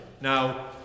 Now